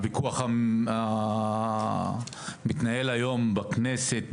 הוויכוח המתנהל היום בכנסת,